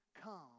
come